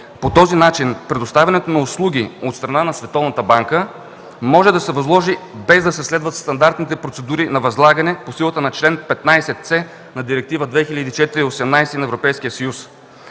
По този начин предоставянето на услуги от страна на Световната банка може да се възложи без да се следват стандартните процедури на възлагане по силата на чл. 15ц на Директива 2004/18 ЕС. Базирайки се